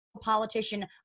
politician